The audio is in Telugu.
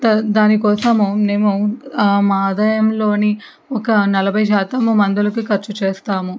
దా దానికోసము మేము మా ఆదాయంలోని ఒక నలభై శాతము మందులకి ఖర్చు చేస్తాము